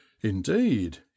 Indeed